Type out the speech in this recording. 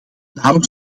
daarom